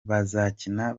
bazakina